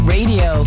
Radio